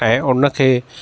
ऐं हुनखे